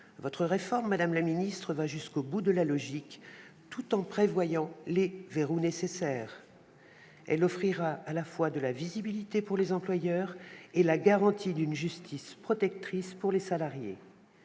Votre réforme, madame la ministre, va jusqu'au bout de la logique, tout en prévoyant les verrous nécessaires. Elle offrira à la fois de la visibilité pour les employeurs et la garantie d'une justice protectrice pour les salariés.